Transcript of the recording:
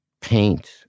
paint